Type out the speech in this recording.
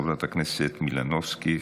חברת הכנסת מלינובסקי,